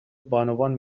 بانوان